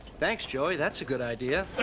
thanks, joey. that's a good idea.